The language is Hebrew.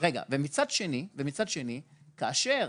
מצד שני, כאשר